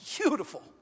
beautiful